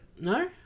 No